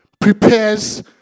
prepares